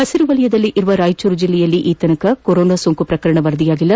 ಹಸಿರು ವಲಯದಲ್ಲಿರುವ ರಾಯಚೂರು ಜೆಲ್ಲೆಯಲ್ಲಿ ಇದುವರೆಗೆ ಕೊರೊನಾ ಸೋಂಕು ಪ್ರಕರಣ ವರದಿಯಾಗಿಲ್ಲ